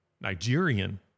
Nigerian